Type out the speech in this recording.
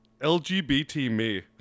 L-G-B-T-Me